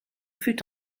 fut